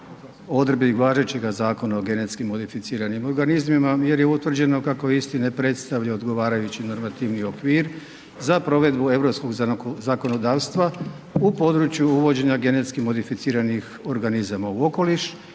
odredbi važećega Zakona o genetski modificiranim organizmima jer je utvrđeno kako isti ne predstavlja odgovarajući normativni okvir za provedbu europskog zakonodavstva u području uvođenja genetskih modificiranih organizama u okoliš